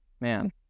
man